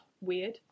weird